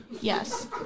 Yes